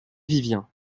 vivien